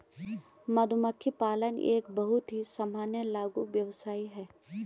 मधुमक्खी पालन एक बहुत ही सामान्य लघु व्यवसाय है